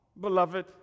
Beloved